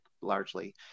largely